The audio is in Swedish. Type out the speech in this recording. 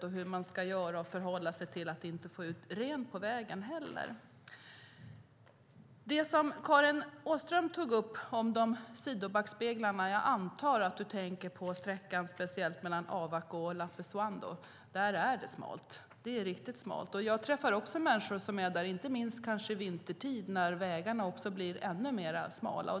Hur ska man göra, och hur ska man förhålla sig till detta så att man inte får ut renar på vägen? Karin Åström tog upp frågan om sidobackspeglarna. Jag antar att du tänker speciellt på sträckan mellan Avvakko och Lappeasuando. Där är det smalt - det är riktigt smalt. Jag träffar också människor som åker där, inte minst vintertid när vägarna blir ännu smalare.